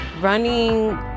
Running